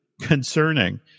concerning